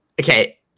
okay